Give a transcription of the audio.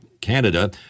Canada